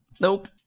nope